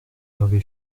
hervé